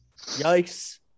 Yikes